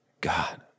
God